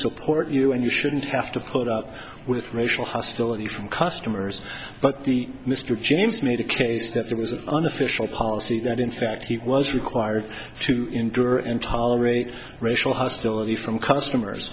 support you and you shouldn't have to put up with racial hostility from customers but the mr james made a case that there was an unofficial policy that in fact he was required to endure in tolerate racial hostility from customers